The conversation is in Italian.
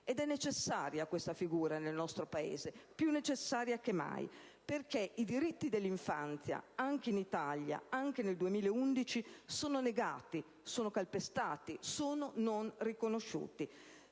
È necessaria questa figura nel nostro Paese, più necessaria che mai, perché i diritti dell'infanzia, anche in Italia, anche nel 2011, sono negati, sono calpestati, sono non riconosciuti.